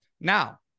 Now